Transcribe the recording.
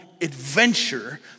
adventure